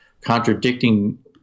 contradicting